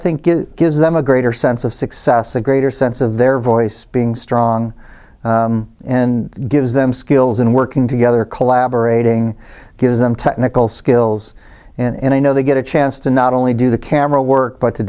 think it gives them a greater sense of success a greater sense of their voice being strong and gives them skills in working together collaborating gives them technical skills and i know they get a chance to not only do the camera work but to